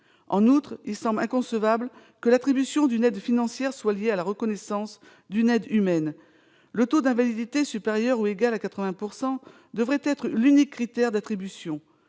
En outre, il semble inconcevable que l'attribution d'une aide financière soit liée à la reconnaissance d'une aide humaine. Un taux d'invalidité supérieur ou égal à 80 % devrait être l'unique critère d'attribution.